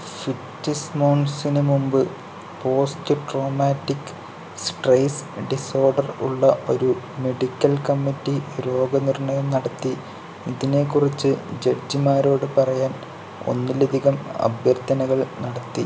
ഫിറ്റ്സിമോൺസിന് മുമ്പ് post traumatic stress disorder ഉള്ള ഒരു മെഡിക്കൽ കമ്മിറ്റി രോഗനിർണയം നടത്തി ഇതിനെ കുറിച്ച് ജഡ്ജിമാരോട് പറയാൻ ഒന്നിലധികം അഭ്യർത്ഥനകൾ നടത്തി